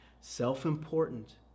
self-important